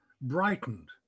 brightened